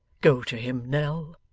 go to him, nell,